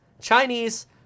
Chinese